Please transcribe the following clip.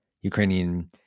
Ukrainian